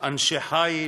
אנשי חיל